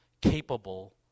capable